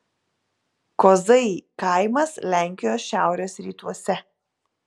kozai kaimas lenkijos šiaurės rytuose